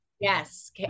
Yes